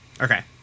Okay